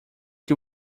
que